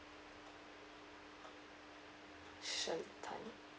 shern tan